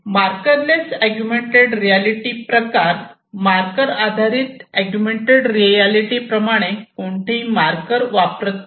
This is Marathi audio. मार्करलेस अगुमेन्टेड रियालिटी प्रकार मार्करआधारित अगुमेन्टेड रियालिटी प्रमाणे कोणतेही मार्कर वापरत नाही